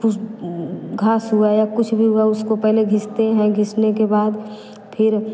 घास हुआ या कुछ भी हुआ उसको पहले घिसते है घिसने के बाद फिर